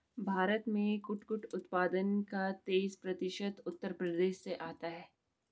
भारत में कुटकुट उत्पादन का तेईस प्रतिशत उत्तर प्रदेश से आता है